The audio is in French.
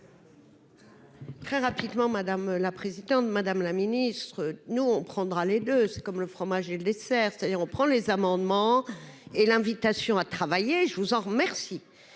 Très rapidement, madame la présidente, madame la ministre nous on prendra les 2 comme le fromage et le dessert, c'est-à-dire on prend les amendements et l'invitation. Travailler, je vous en remercie,